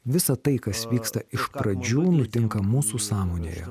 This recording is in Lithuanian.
visa tai kas vyksta iš pradžių nutinka mūsų sąmonėje